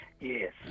yes